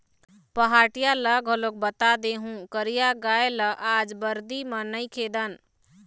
पहाटिया ल घलोक बता देहूँ करिया गाय ल आज बरदी म नइ खेदन